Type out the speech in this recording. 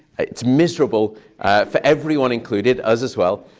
it's miserable for everyone included, us as well.